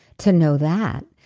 to know that.